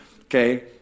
Okay